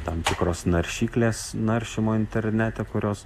tam tikros naršyklės naršymo internete kurios